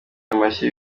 amashyi